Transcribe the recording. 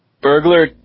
Burglar